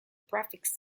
prefix